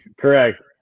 Correct